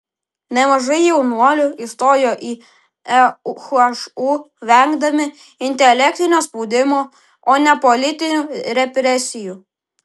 nemažai jaunuolių įstojo į ehu vengdami intelektinio spaudimo o ne politinių represijų